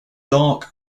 dark